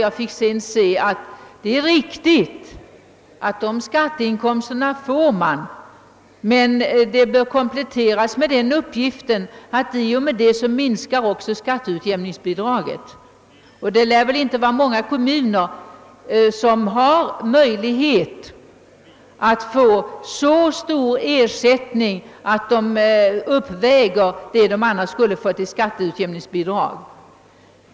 Jag fick sedan se siffrorna och förstår att de är riktiga. Man får visserligen dessa skatteinkomster, men det bör kompletteras med den uppgiften att i och med detta minskar också skatteutjämningsbidraget i motsvarande grad, då det inte är många kommuner som har möjlighet att få så stor ersättning att den mer än uppväger, vad de annars skulle ha fått i skatteutjämningsbidrag.